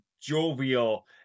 jovial